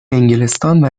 انگلستان